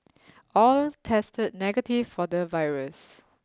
all tested negative for the virus